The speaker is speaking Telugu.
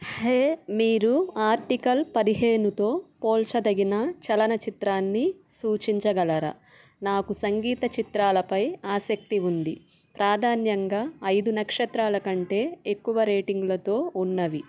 హే మీరు ఆర్టికల్ పదిహేనుతో పోల్చదగిన చలన చిత్రాన్ని సూచించగలరా నాకు సంగీత చిత్రాలపై ఆసక్తి ఉంది ప్రాధాన్యంగా ఐదు నక్షత్రాల కంటే ఎక్కువ రేటింగ్లతో ఉన్నవి